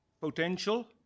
potential